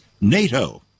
NATO